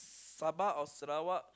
Sabah or Sarawak